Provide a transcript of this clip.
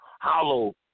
Hollow